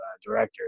director